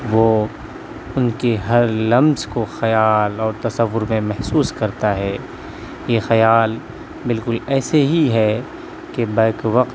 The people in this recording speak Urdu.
وہ ان کے ہر لمس کو خیال اور تصور میں محسوس کرتا ہے یہ خیال بالکل ایسے ہی ہے کہ بیک وقت